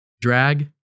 drag